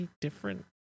different